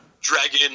dragon